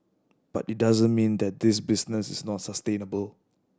but it doesn't mean that this business is not sustainable